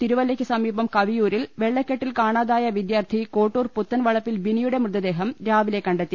തിരുവല്ലയ്ക്ക് സമീപം കവിയൂരിൽ വെള്ളക്കെട്ടിൽ കാണാ തായ വിദ്യാർത്ഥി കോട്ടൂർ പുത്തൻ വളപ്പിൽ ബിനിയുടെ മൃതദേഹം രാവിലെ കണ്ടെത്തി